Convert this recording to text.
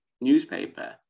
newspaper